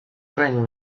bring